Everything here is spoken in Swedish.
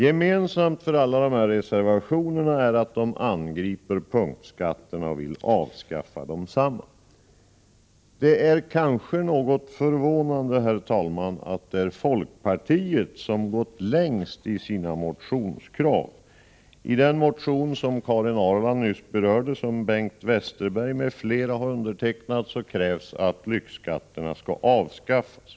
Gemensamt för alla dessa reservationer är att de angriper punktskatterna och vill avskaffa desamma. Det är kanske något förvånande, herr talman, att det är folkpartiet som gått längst i sina motionskrav. I den motion som Karin Ahrland nyss berörde och som Bengt Westerberg m.fl. har undertecknat krävs att lyxskatterna skall avskaffas.